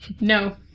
No